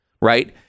Right